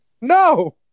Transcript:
No